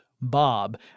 Bob